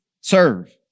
Serve